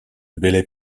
belley